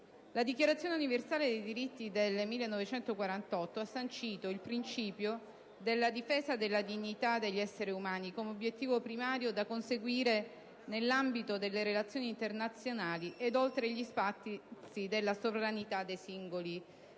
La Dichiarazione universale dei diritti del 1948 ha sancito il principio della difesa della dignità degli esseri umani come obiettivo primario da conseguire nell'ambito delle relazioni internazionali e oltre gli spazi della sovranità dei singoli Stati.